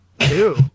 Two